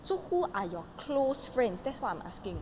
so who are your close friends that's what I'm asking